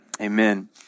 amen